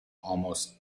almost